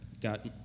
got